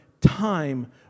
time